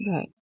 Right